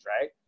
right